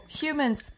humans